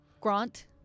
Grant